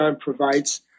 provides